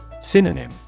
Synonym